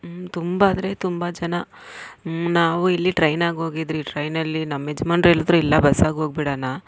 ಹ್ಞೂ ತುಂಬ ಅಂದರೆ ತುಂಬ ಜನ ಹ್ಞೂ ನಾವು ಇಲ್ಲಿ ಟ್ರೈನಾಗೆ ಹೋಗಿದ್ವಿ ಟ್ರೈನಲ್ಲಿ ನಮ್ಮ ಯಜ್ಮಾನ್ರು ಹೇಳಿದ್ರು ಇಲ್ಲ ಬಸ್ಸಾಗೋಗ್ಬಿಡೋಣ